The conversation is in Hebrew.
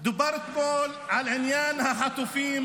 דובר אתמול על עניין החטופים.